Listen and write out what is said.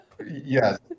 Yes